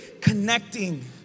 connecting